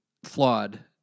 Flawed